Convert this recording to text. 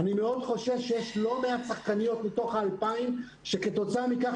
אני מאוד חושש שמתוך 2,000 השחקניות